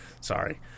sorry